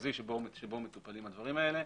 המרכזי בו מטופלים הדברים האלה.